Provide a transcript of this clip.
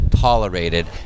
tolerated